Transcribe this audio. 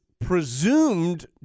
presumed